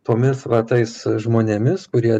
tomis va tais žmonėmis kurie